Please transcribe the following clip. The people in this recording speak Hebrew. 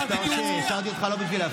השר לביטחון לאומי, בבקשה.